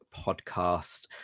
podcast